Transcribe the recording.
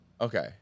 Okay